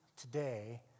today